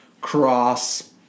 cross